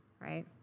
right